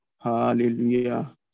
Hallelujah